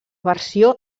versió